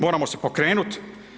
Moramo se pokrenuti.